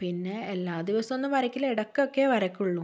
പിന്നെ എല്ലാ ദിവസോന്നും വരക്കില്ല ഇടക്കൊക്കേ വരക്കുള്ളൂ